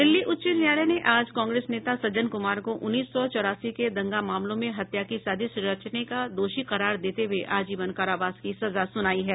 दिल्ली उच्च न्यायालय ने आज कांग्रेस नेता सज्जन कुमार को उन्नीस सौ चौरासी के दंगा मामलों में हत्या की साजिश रचने का दोषी करार देते हुए आजीवन कारावास की सजा सुनाई है